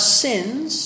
sins